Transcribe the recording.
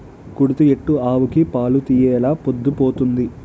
కుడితి ఎట్టు ఆవుకి పాలు తీయెలా పొద్దు పోతంది